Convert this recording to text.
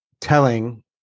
telling